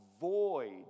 void